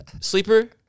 sleeper